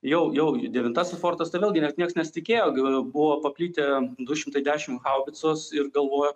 jau jau devintasis fortas tai vėlgi net nieks nesitikėjo buvo paplitę du šimtai dešimt haubicos ir galvojo